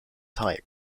type